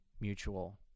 mutual